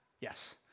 Yes